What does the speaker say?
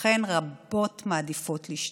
לכן, רבות מעדיפות לשתוק.